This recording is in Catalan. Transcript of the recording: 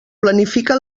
planifica